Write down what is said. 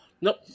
Nope